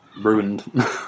Ruined